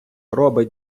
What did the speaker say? робить